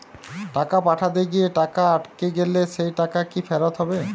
টাকা পাঠাতে গিয়ে টাকা আটকে গেলে সেই টাকা কি ফেরত হবে?